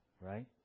right